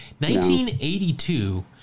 1982